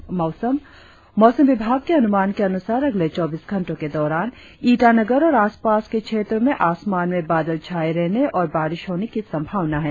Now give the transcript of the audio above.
और अब मौसम मौसम विभाग के अनुमान के अनुसार अगले चौबीस घंटो के दौरान ईटानगर और आसपास के क्षेत्रो में आसमान में बादल छाये रहने और बारिश होने की संभावना है